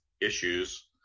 issues